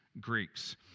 Greeks